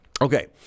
Okay